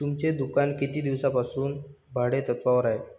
तुमचे दुकान किती दिवसांपासून भाडेतत्त्वावर आहे?